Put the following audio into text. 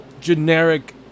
generic